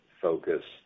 focused